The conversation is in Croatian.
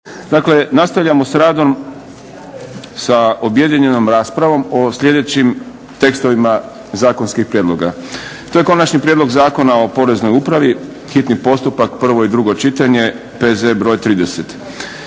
Dakle, nastavljamo s radom sa objedinjenom raspravom o sljedećima tekstovima zakonskih prijedloga. To je - Konačni prijedlog zakona o Poreznoj upravi, hitni postupak, prvo i drugo čitanje, P.Z. br. 30,